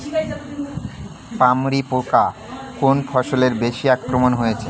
পামরি পোকা কোন ফসলে বেশি আক্রমণ হয়েছে?